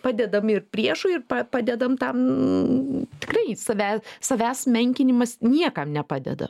padedam ir priešui ir pa padedam tam tikrai save savęs menkinimas niekam nepadeda